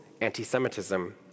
anti-Semitism